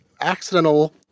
accidental